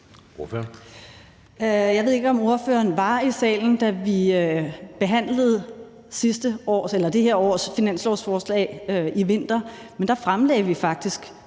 Jeg ved ikke, om ordføreren var i salen, da vi behandlede dette års finanslovsforslag i vinter, men der fremlagde vi faktisk